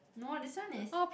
no this one is